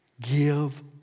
give